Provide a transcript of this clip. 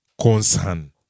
concern